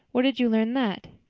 where did you learn that?